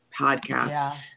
podcast